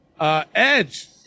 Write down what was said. Edge